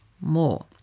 more